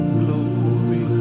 glory